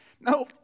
No